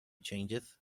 changes